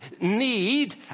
Need